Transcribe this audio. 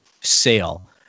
sale